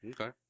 Okay